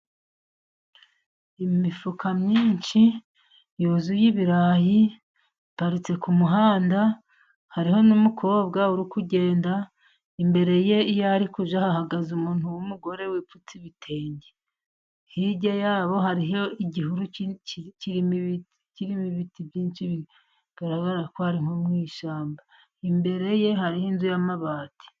Imifuka myinshi yuzuye ibirayi iparitse ku muhanda, hariho n'umukobwa urikugenda, imbere ye iyo ari kujya hahagaze umuntu w'umugore wipfutse ibitenge, hirya yabo hariho igihuru kirimo ibiti byinshi bigaragara ko ari nko mushyamba, imbere ye hari inzu y'amabati.